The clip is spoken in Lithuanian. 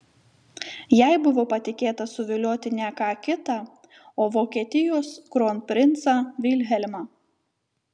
jai buvo patikėta suvilioti ne ką kitą o vokietijos kronprincą vilhelmą